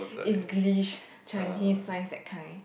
English Chinese science that kind